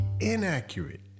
inaccurate